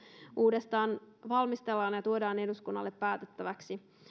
uudestaan valmistellaan ja tuodaan eduskunnalle päätettäväksi